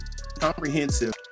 comprehensive